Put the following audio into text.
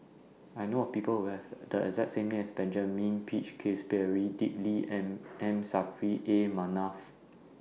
I know of People Who Have The exact same name as Benjamin Peach Keasberry Dick Lee and M Saffri A Manaf